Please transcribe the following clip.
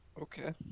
Okay